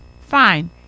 fine